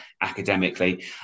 academically